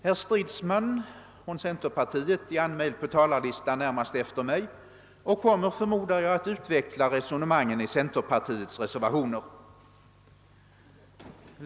Herr Stridsman från centerpartiet står närmast efter mig på talarlistan och kommer, förmodar jag, att utveckla resonemangen i centerpartiets reservationer.